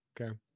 okay